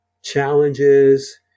Challenges